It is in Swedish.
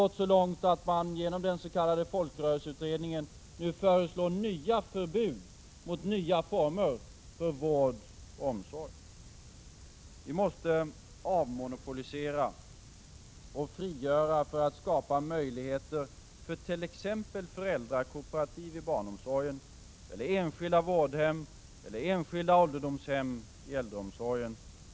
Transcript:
gått så långt att man genom den s.k. folkrörelseutredningen nu föreslår nya förbud mot nya former av vård och omsorg. Vi måste avmonopolisera och frigöra för att skapa möjligheter för t.ex. föräldrakooperativ i barnomsorgen eller enskilda vårdhem och ålderdomshem i äldreomsorgen.